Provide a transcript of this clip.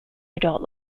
adult